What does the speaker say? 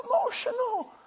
emotional